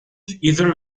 accomplished